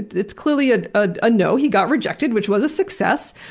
it's clearly ah ah a no, he got rejected, which was a success.